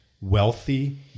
wealthy